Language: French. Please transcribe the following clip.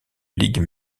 ligues